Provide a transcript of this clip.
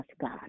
God